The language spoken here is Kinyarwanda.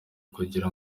kugira